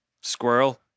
squirrel